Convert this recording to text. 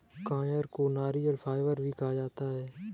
coir को नारियल fibre भी कहा जाता है